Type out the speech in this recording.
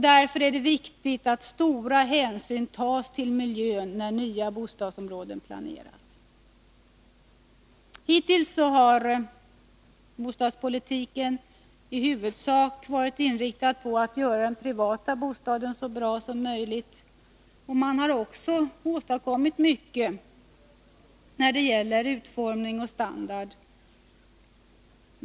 Därför är det viktigt att stor hänsyn tas till miljön när nya bostadsområden planeras. Hittills har bostadspolitiken i huvudsak varit inriktad på att göra den privata bostaden så bra som möjligt, och där har också mycket åstadkommits, bl.a. när det gäller utformning och standard.